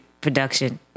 production